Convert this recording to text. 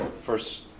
first